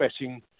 betting